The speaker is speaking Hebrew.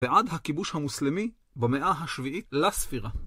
ועד הכיבוש המוסלמי במאה השביעית לספירה.